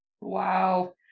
Wow